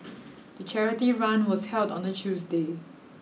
the charity run was held on a Tuesday